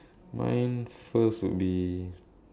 mine first would be